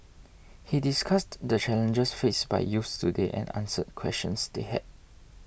he discussed the challenges faced by youths today and answered questions they had